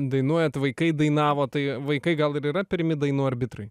dainuojate vaikai dainavo tai vaikai gal ir yra pirmi dainų arbitrui